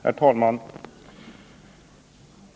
Herr talman!